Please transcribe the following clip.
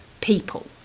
people